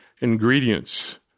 ingredients